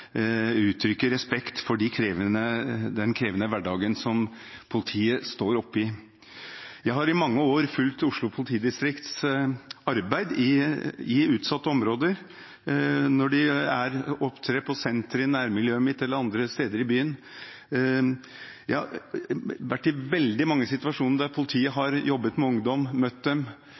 uttrykker respekt for den krevende hverdagen som politiet står oppe i. Jeg har i mange år fulgt Oslo politidistrikts arbeid i utsatte områder – når de opptrer på senteret i nærmiljøet mitt eller andre steder i byen. Jeg har vært i veldig mange situasjoner der politiet har jobbet med ungdom og møtt dem